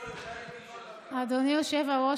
אדוני היושב-ראש,